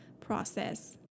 process